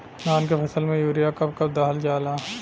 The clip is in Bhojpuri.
धान के फसल में यूरिया कब कब दहल जाला?